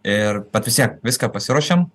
ir bet vis tiek viską pasiruošėm